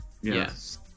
Yes